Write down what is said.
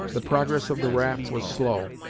the progress of the raft was slow,